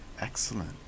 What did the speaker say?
Excellent